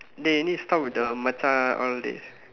dey you need to stop with the Macha all dey